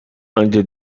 under